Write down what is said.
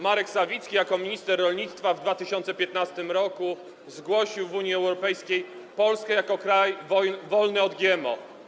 Marek Sawicki jako minister rolnictwa w 2015 r. zgłosił w Unii Europejskiej Polskę jako kraj wolny od GMO.